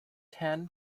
ten